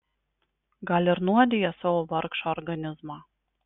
gal ir nuodija savo vargšą organizmą